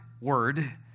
word